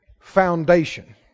Foundation